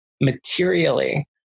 materially